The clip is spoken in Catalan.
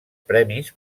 premis